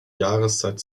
jahreszeit